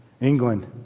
England